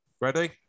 Ready